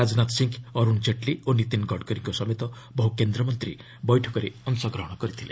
ରାଜନାଥ ସିଂ ଅରୁଣ ଜେଟ୍ଲୀ ଓ ନୀତିନ ଗଡ଼କରୀଙ୍କ ସମେତ ବହୁ କେନ୍ଦ୍ରମନ୍ତ୍ରୀ ବୈଠକରେ ଅଂଶଗ୍ରହଣ କରିଥିଲେ